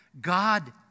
God